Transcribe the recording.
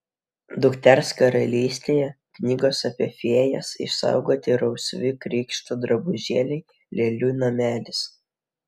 dukters karalystėje knygos apie fėjas išsaugoti rausvi krikšto drabužėliai lėlių namelis